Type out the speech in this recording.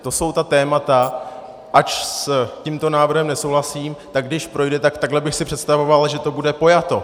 To jsou ta témata, ač s tímto návrhem nesouhlasím, tak když projde, tak takhle bych si představoval, že to bude pojato.